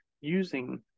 using